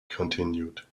continued